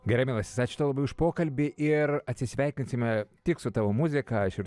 gerai mielasis ačiū labai už pokalbį ir atsisveikinsime tik su tavo muzika aš ir